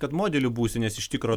kad modelių būstinės iš tikro